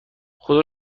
خدا